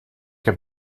heb